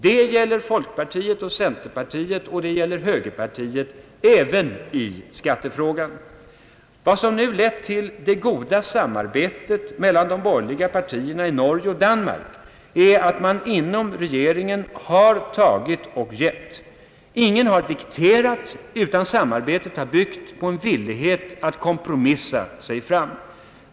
Det gäller folkpartiet och centerpartiet, och det gäller högerpartiet, även i skattefrågan. Vad som nu lett till det goda samarbetet mellan de borgerliga partierna i Norge och Danmark är att man inom regeringen har tagit och gett. Ingen har dikterat några villkor utan samarbetet har byggt på en vilja att kompromissa sig fram.